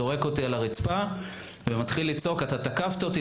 זורק אותי על הרצפה ומתחיל לצעוק: אתה תקפת אותי,